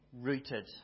rooted